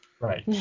Right